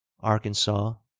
arkansas,